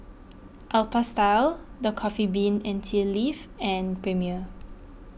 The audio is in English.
Alpha Style the Coffee Bean and Tea Leaf and Premier